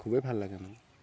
খুবেই ভাল লাগে ন